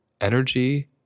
energy